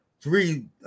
three